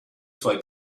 suoi